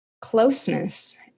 closeness